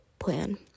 plan